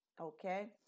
Okay